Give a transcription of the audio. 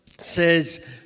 says